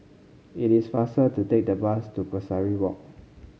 it is faster to take the bus to Pesari Walk